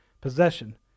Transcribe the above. possession